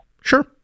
Sure